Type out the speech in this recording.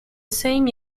same